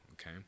okay